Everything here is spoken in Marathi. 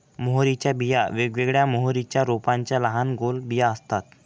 मोहरीच्या बिया वेगवेगळ्या मोहरीच्या रोपांच्या लहान गोल बिया असतात